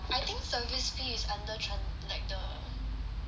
I think service fee is under transac~ 的